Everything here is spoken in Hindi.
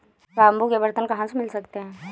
बाम्बू के बर्तन कहाँ से मिल सकते हैं?